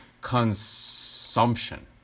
consumption